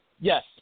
Yes